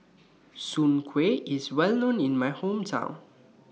Soon Kway IS Well known in My Hometown